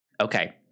Okay